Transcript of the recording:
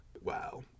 Wow